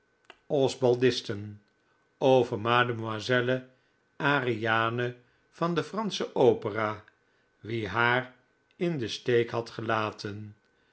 osbaldiston over mademoiselle ariane van de fransche opera wie haar in den steek had gelaten